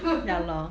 ya lor